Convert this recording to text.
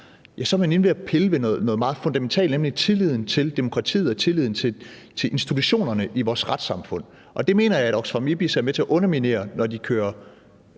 så er man inde og pille ved noget meget fundamentalt, nemlig tilliden til demokratiet og tilliden til institutionerne i vores retssamfund, og jeg mener, at Oxfam IBIS er med til at underminere det, når de fremfører